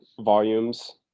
volumes